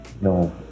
No